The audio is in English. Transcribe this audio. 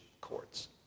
courts